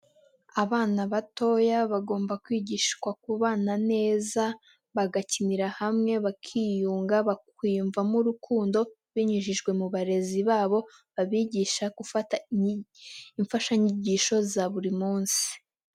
Abana batoya bagomba kwigishwa kubana neza bagakinira hamwe bakiyunga bakiyumvamo urukundo binyujijwe mu barezi babo babigisha gufata imfashanyigisho za buri munsi.